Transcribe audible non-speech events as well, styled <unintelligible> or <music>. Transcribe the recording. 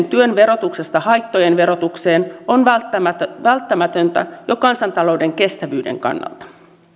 <unintelligible> työn verotuksesta haittojen verotukseen on välttämätöntä jo kansantalouden kestävyyden kannalta